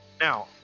Now